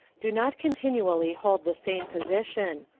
do not continually hold the same position.